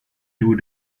two